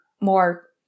more